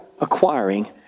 acquiring